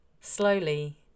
slowly